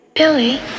Billy